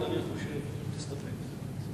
אני חושב: תסתפק.